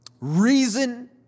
reason